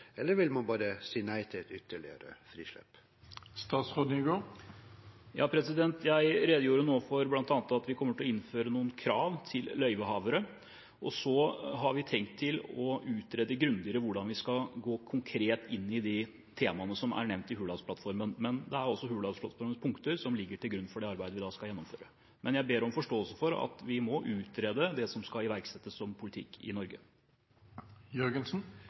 eller vil man bare si nei til ytterligere frislipp? Jeg redegjorde nå for bl.a. at vi kommer til å innføre noen krav til løyvehavere, og så har vi tenkt å utrede grundigere hvordan vi skal gå konkret inn i de temaene som er nevnt i Hurdalsplattformen. Det er altså Hurdalsplattformens punkter som ligger til grunn for det arbeidet vi skal gjennomføre. Men jeg ber om forståelse for at vi må utrede det som skal iverksettes som politikk i